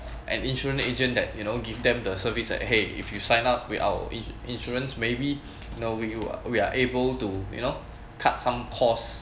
an insurance agent that you know give them the service at !hey! if you sign up with our in~ insurance maybe you know we we are able to you know cut some costs